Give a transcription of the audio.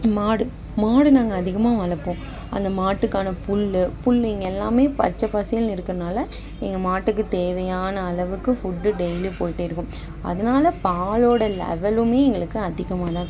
மாடு மாடு நாங்கள் அதிகமாக வளர்ப்போம் அந்த மாட்டுக்கான புல்லு புழு இங்கே எல்லாம் பச்சை பசேலுன்னு இருக்கறனால எங்கள் மாட்டுக்கு தேவையான அளவுக்கு ஃபுட்டு டெயிலியும் போயிட்டே இருக்கும் அதனால் பாலோடய லெவலும் எங்களுக்கு அதிகமாக தான் கிடைக்கும்